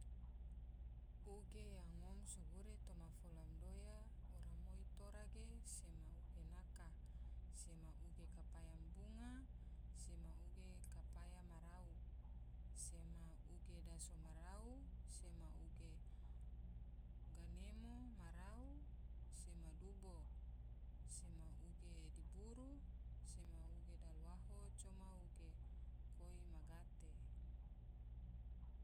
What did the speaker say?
Uge yang ngom so gure toma fola madoya ora moi tora ge sema uge naka, sema uge kopaya ma bunga, sema uge kopaya marau, sema uge daso marau, sema uge ganemo ma rau, sema uge diburu, sema uge dalawaho, coma uge koi ma gate'.